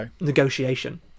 negotiation